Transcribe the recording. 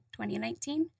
2019